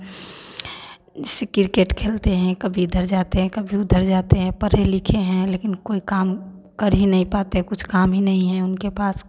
जैसे क्रिकेट खेलते हैं कभी इधर जाते हैं कभी उधर जाते हैं पढ़े लिखे हैं लेकिन कोई काम कर ही नहीं पाते कुछ काम ही नहीं है उनके पास